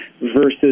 versus